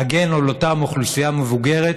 להגן על אותה אוכלוסייה מבוגרת